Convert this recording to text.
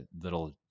little